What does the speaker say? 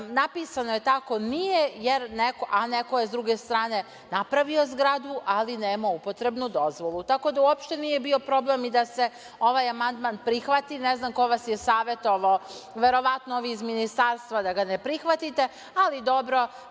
napisano je tako. Nije, a neko je sa druge strane napravio zgradu, a nema upotrebnu dozvolu. Uopšte nije bio problem i da se ovaj amandman prihvati. Ne znam ko vas je savetovao, verovatno ovi iz ministarstva, da ga ne prihvatite, ali dobro,